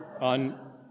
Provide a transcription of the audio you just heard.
on